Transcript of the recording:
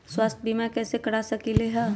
स्वाथ्य बीमा कैसे करा सकीले है?